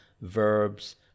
verbs